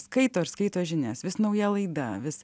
skaito ir skaito žinias vis nauja laida vis